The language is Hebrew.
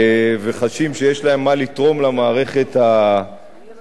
וחשים שיש להם מה לתרום למערכת הציבורית.